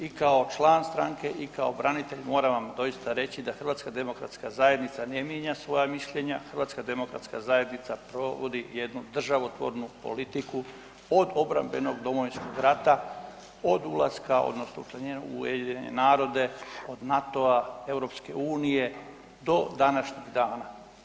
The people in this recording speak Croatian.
I kao član stranke i kao branitelj moram vam doista reći da HDZ ne mijenja svoja mišljenja, HDZ provodi jednu državotvornu politiku od obrambenog Domovinskog rata, od ulaska odnosno učlanjenja u UN, od NATO-a, EU do današnjih dana.